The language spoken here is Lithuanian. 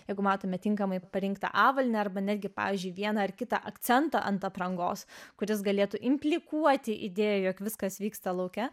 jeigu matome tinkamai parinktą avalynę arba netgi pavyzdžiui vieną ar kitą akcentą ant aprangos kuris galėtų implikuoti idėją jog viskas vyksta lauke